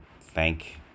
thank